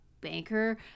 banker